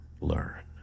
learn